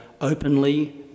openly